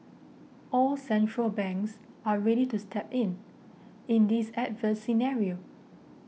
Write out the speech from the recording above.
all central banks are ready to step in in this adverse scenario